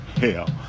hell